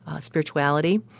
spirituality